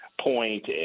Point